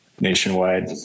nationwide